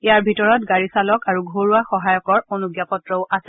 ইয়াৰ ভিতৰত গাড়ীচালক আৰু ঘৰুৱা সহায়কৰ অনুজ্ঞাপত্ৰও আছে